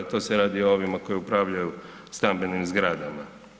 To se radi o ovima koji upravljaju stambenim zgradama.